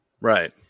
Right